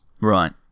right